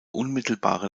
unmittelbare